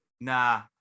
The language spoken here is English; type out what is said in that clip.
Nah